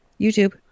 YouTube